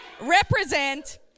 Represent